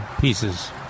pieces